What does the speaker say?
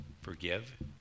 forgive